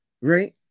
right